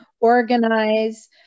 organize